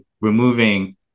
removing